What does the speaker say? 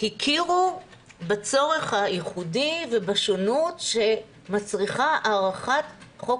שהכירו בצורך הייחודי ובשונות שמצריכה הארכת חוק